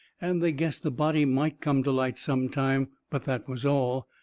and they guessed the body might come to light sometime. but that was all.